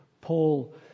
Paul